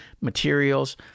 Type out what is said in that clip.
materials